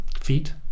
feet